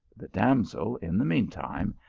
the damsel, in the mean time,